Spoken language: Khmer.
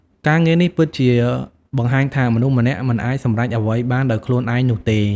ការងារនេះពិតជាបង្ហាញថា មនុស្សម្នាក់មិនអាចសម្រេចអ្វីបានដោយខ្លួនឯងនោះទេ។